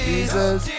Jesus